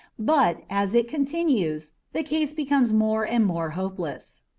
but, as it continues, the case becomes more and more hopeless.